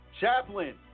Chaplain